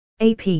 AP